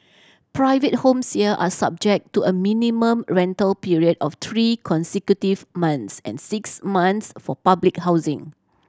private homes here are subject to a minimum rental period of three consecutive months and six months for public housing